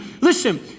Listen